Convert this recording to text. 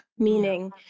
Meaning